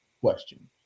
question